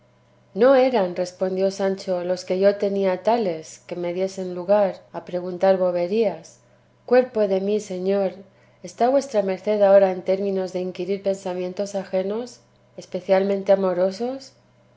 no eran respondió sancho los que yo tenía tales que me diesen lugar a preguntar boberías cuerpo de mí señor está vuestra merced ahora en términos de inquirir pensamientos ajenos especialmente amorosos